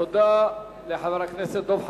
תודה לחבר הכנסת דב חנין.